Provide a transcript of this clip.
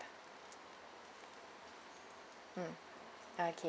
mm oka~